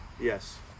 Yes